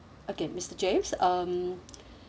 okay mister james um